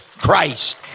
Christ